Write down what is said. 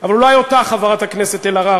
אבל אולי אותך, חברת הכנסת אלהרר,